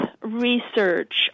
research